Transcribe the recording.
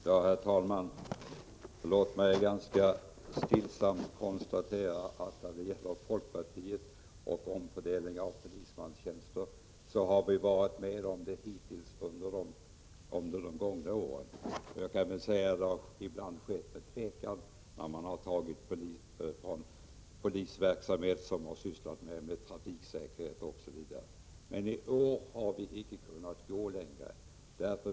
Herr talman! Låt mig stillsamt konstatera att folkpartiet under de gångna åren gått med på omfördelningen av polismanstjänster. Det har ibland skett med tvekan, t.ex. när man har tagit resurser från polisverksamhet som sysslat med trafiksäkerhet osv. Men i år har vi icke kunnat gå längre.